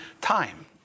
time